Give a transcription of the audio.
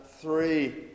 three